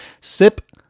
Sip